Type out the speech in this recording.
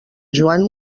joan